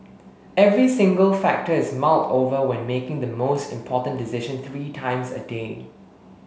every single factor is mulled over when making the most important decision three times a day